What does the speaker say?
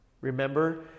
Remember